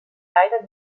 leider